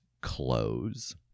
close